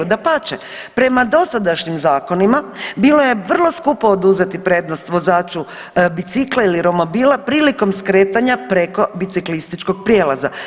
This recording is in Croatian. Dapače, prema dosadašnjim zakonima bilo je vrlo skupo oduzeti prednost vozaču bicikla ili romobila prilikom skretanja preko biciklističkog prijelaza.